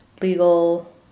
legal